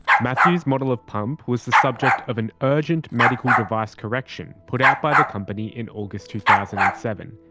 mathew's model of pump was the subject of an urgent medical device correction put out by the company in august two thousand and seven,